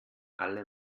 alle